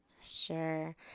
Sure